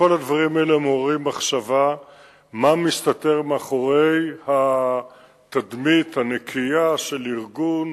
כל הדברים האלה מעוררים מחשבה מה מסתתר מאחורי התדמית הנקייה של ארגון